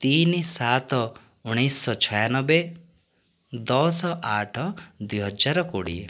ତିନି ସାତ ଉଣେଇଶହ ଛୟାନବେ ଦଶ ଆଠ ଦୁଇ ହଜାର କୋଡ଼ିଏ